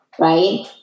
right